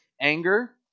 anger